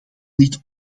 niet